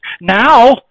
Now